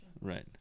Right